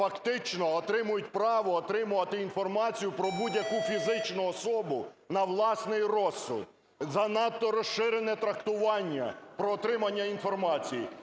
фактично отримують право отримувати інформацію про будь-яку фізичну особу на власний розсуд. Занадто розширене трактування про отримання інформації.